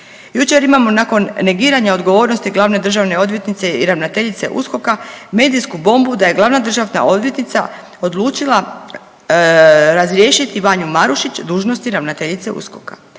Jučer imamo nakon negiranja odgovornosti glavne državne odvjetnice i ravnateljice USKOK-a medijsku bombu da je glavna državna odvjetnica odlučila razriješiti Vanju Marušić dužnosti ravnateljice USKOK-a